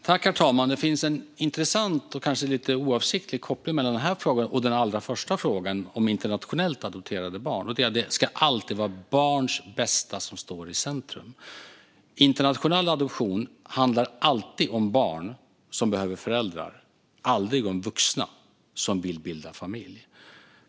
Herr talman! Det finns en intressant och kanske lite oavsiktlig koppling mellan den här frågan och den allra första frågan om internationellt adopterade barn, och det är att det alltid ska vara barns bästa som står i centrum. Internationell adoption handlar alltid om barn som behöver föräldrar, aldrig om vuxna som vill bilda familj.